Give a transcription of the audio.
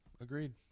Agreed